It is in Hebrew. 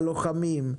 על לוחמים,